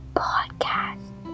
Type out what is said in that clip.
podcast